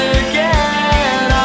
again